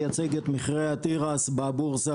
מחירי התירס בבורסה